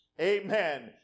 Amen